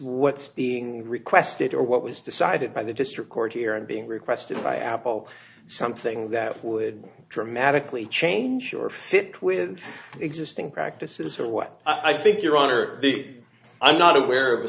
what's being requested or what was decided by the district court here and being requested by apple something that would dramatically change or fit with existing practices or what i think your honor i'm not aware of a